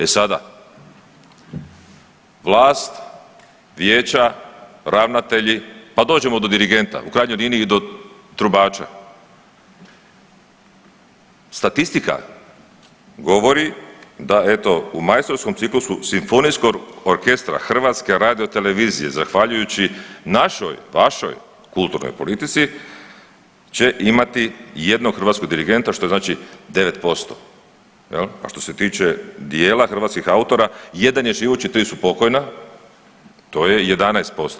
E sada, vlast, vijeća, ravnatelji, pa dođemo do dirigenta u krajnjoj liniji i do trubača, statistika govori da eto u majstorskom ciklusu Simfonijskog orkestra HRT-a zahvaljujući našoj, vašoj kulturnoj politici će imati jednog hrvatskog dirigenta što znači 9% jel, a što se tiče dijela hrvatskih autora jedan je živući, tri su pokojna, to je 11%